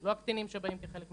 לא הקטינים שמגיעים כחלק ממשפחות.